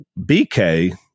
BK